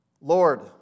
Lord